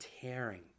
tearing